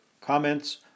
comments